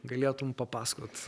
galėtum papasakot